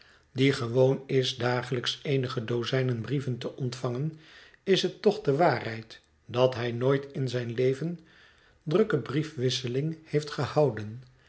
die gewoon is dagelijks eenige dozijnen brieven te ontvangen is het toch de waarheid dat hij nooit in zijn leven drukke briefwisseling heeft gehouden